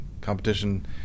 competition